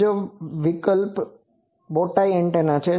બીજો વિકલ્પ bowtie antenna છે